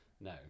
No